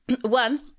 One